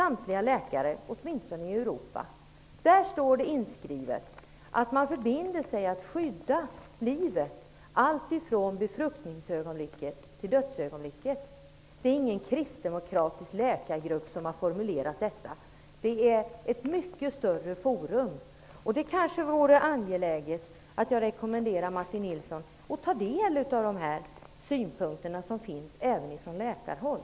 Alla läkare, åtminstone i Europa, jobbar efter den. Där står det inskrivet att läkare förbinder sig att skydda livet alltifrån befruktningsögonblicket till dödsögonblicket. Det är ingen kristdemokratisk läkargrupp som har formulerat detta. Det har gjorts i ett mycket större forum. Jag rekommenderar Martin Nilsson att ta del av de synpunkter som finns från läkarhåll.